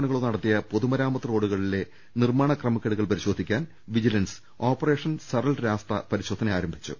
ണികളോ നടത്തിയ പൊതുമരാമത്ത് റോഡുകളിലെ നിർമ്മാണ ക്രമക്കേടു കൾ പരിശോധിക്കാൻ വിജിലൻസ് ഓപ്പറേഷൻ സ്രൾ രാസ്ത പരിശോ ധന ആരംഭിച്ചു